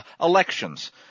elections